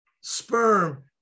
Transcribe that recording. sperm